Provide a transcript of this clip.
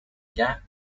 gap